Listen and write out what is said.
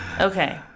Okay